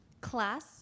Class